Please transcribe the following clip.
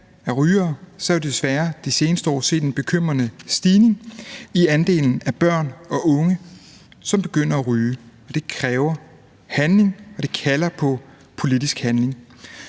jo desværre de seneste år set en bekymrende stigning i andelen af børn og unge, som begynder at ryge, og det kræver handling, og det kalder på politisk handling.